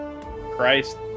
Christ